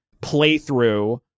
playthrough